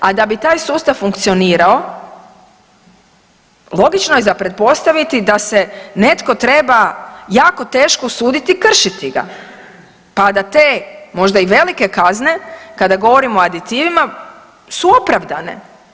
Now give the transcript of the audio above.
A da bi taj sustav funkcionirao, logično je za pretpostaviti da se netko treba jako teško suditi i kršiti ga pa da te možda i velike kazne, kada govorimo o aditivima su opravdane.